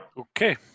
Okay